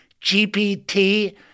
GPT